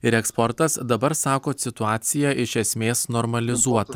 ir eksportas dabar sakot situacija iš esmės normalizuota